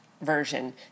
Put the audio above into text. version